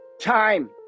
Time